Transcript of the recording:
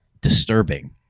disturbing